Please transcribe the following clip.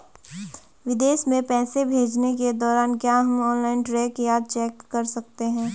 विदेश में पैसे भेजने के दौरान क्या हम ऑनलाइन ट्रैक या चेक कर सकते हैं?